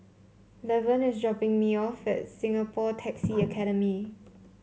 Lavern is dropping me off at Singapore Taxi Academy